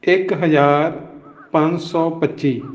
ਇੱਕ ਹਜ਼ਾਰ ਪੰਜ ਸੌ ਪੱਚੀ